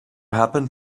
happen